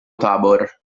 tabor